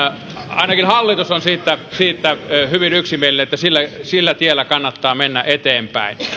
ainakin hallitus on siitä hyvin yksimielinen että sillä sillä tiellä kannattaa mennä eteenpäin